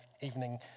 evening